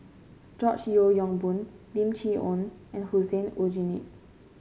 George Yeo Yong Boon Lim Chee Onn and Hussein Aljunied